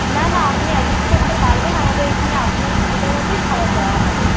না না আপনি অ্যাডজাস্ট করতে পারবেন আমাদের এখানে আপনার সুবিধা মতোই খাবার দেওয়া হবে